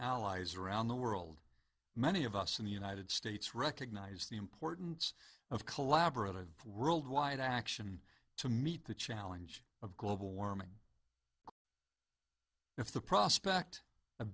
allies around the world many of us in the united states recognize the importance of collaborative worldwide action to meet the challenge of global warming if the prospect of